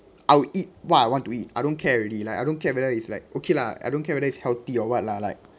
I'll eat what I want to eat I don't care already like I don't care whether it's like okay lah I don't care whether it's healthy or what lah like